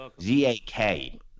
Z-A-K